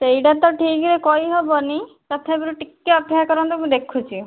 ସେଇଟା ତ ଠିକ୍ରେ କହି ହେବନି ତଥାପି ଟିକିଏ ଅପେକ୍ଷା କରନ୍ତୁ ମୁଁ ଦେଖୁଛି